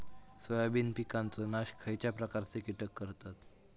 Soybean पिकांचो नाश खयच्या प्रकारचे कीटक करतत?